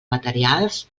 materials